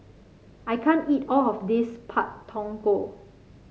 I can't eat all of this Pak Thong Ko